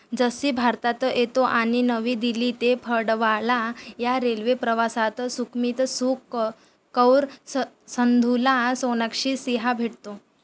जस्सी भारतात येतो आणि नवी दिल्ली ते फडवाला या रेल्वे प्रवासात सुकमित सुक क कौर स संधुला सोनाक्षी सिन्हा भेटतो